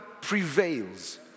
prevails